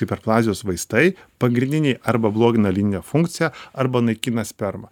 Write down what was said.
hiperplazijos vaistai pagrindiniai arba blogina lytinę funkciją arba naikina spermą